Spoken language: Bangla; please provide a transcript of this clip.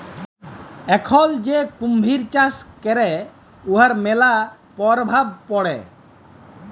এখল যে কুমহির চাষ ক্যরে উয়ার ম্যালা পরভাব পড়ে